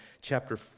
chapter